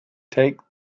take